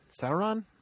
Sauron